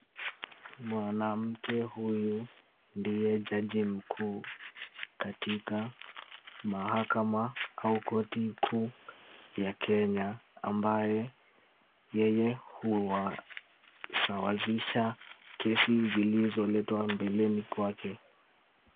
Mwanamke huyu ndiye jaji mkuu katika mahakama au koti kuu ya Kenya ambaye yeye huwasawazisha kesi zilizoletwa mbeleni kwake.